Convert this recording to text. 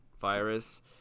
virus